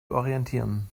orientieren